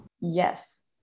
Yes